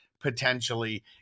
potentially